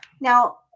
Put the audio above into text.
Now